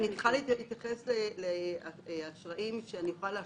אני צריכה להתייחס לאשראים שאני אוכל להשוות.